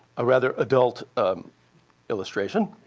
a rather adult illustration.